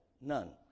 none